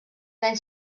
anys